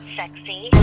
sexy